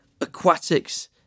Aquatics